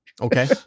Okay